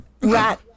rat